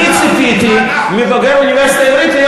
אני ציפיתי מבוגר האוניברסיטה העברית להיות